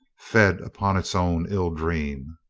fed upon its own ill dream.